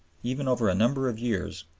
even over a number of years,